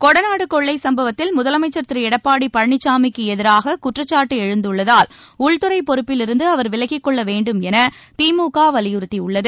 கொடநாடு கொள்ளை சம்பவத்தில் முதலமைச்சர் திரு எடப்பாடி பழனிசாமிக்கு எதிராக குற்றச்சாட்டு எழுந்துள்ளதால் உள்துறை பொறுப்பிலிருந்து அவர் விலகிக் கொள்ள வேண்டும் என திமுக வலியுறுத்தியுள்ளது